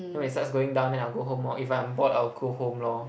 then when it starts going down then I'll go home lor or if I'm bored I'll go home lor